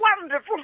wonderful